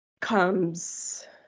comes